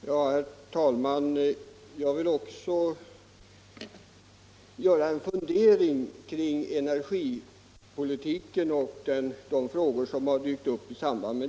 Herr talman! Även jag vill göra en fundering kring energipolitiken och de frågor som har dykt upp i samband därmed.